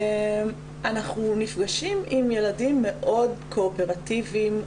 אנחנו נפגשים עם ילדים מאוד קואופרטיביים,